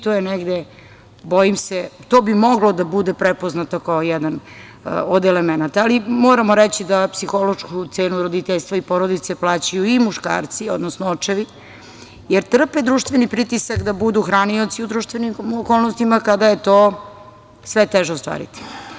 To je negde, bojim se, odnosno to bi moglo da bude prepoznato kao jedan od elemenata, ali moramo reći da psihološku cenu roditeljstvo i porodice plaćaju i muškarci, odnosno očevi, jer trpe društveni pritisak da budu hranioci u društvenim okolnostima kada je to sve teže ostvariti.